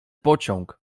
pociąg